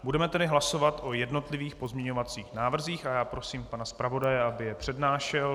Budeme tedy hlasovat o jednotlivých pozměňovacích návrzích a já prosím pana zpravodaje, aby je přednášel.